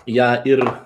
ją ir